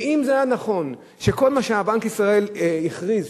ואם זה נכון כל מה שבנק ישראל הכריז,